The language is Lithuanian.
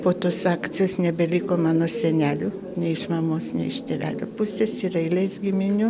po tos akcijos nebeliko mano senelių nei iš mamos nei iš tėvelio pusės ir eilės giminių